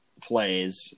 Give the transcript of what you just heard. plays